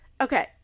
Okay